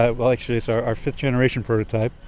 ah well actually it's our our fifth-generation prototype.